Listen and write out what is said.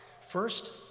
First